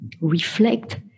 reflect